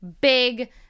big